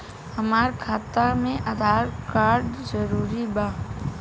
हमार खाता में आधार कार्ड जरूरी बा?